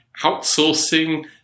outsourcing